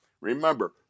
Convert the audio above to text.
remember